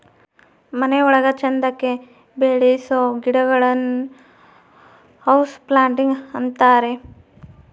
ಮನೆ ಒಳಗ ಚಂದಕ್ಕೆ ಬೆಳಿಸೋ ಗಿಡಗಳನ್ನ ಹೌಸ್ ಪ್ಲಾಂಟ್ ಅಂತಾರೆ